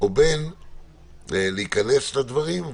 ובין להיכנס לדברים,